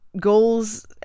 goals